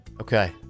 Okay